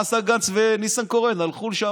מה